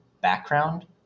background